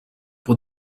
pour